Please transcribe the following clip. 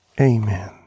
Amen